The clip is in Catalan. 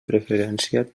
preferència